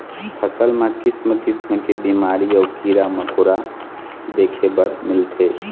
फसल म किसम किसम के बिमारी अउ कीरा मकोरा देखे बर मिलथे